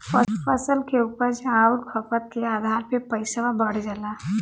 फसल के उपज आउर खपत के आधार पे पइसवा बढ़ जाला